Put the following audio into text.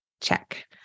check